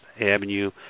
avenue